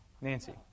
Nancy